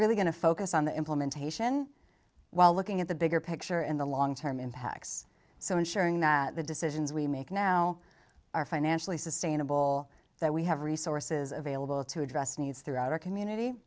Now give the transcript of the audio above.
really going to focus on the implementation while looking at the bigger picture and the long term impacts so ensuring that the decisions we make now are financially sustainable that we have resources available to address needs throughout our community